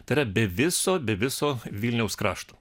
tai yra be viso be viso vilniaus krašto